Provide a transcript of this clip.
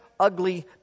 ugly